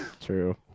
True